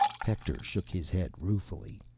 hector shook his head ruefully,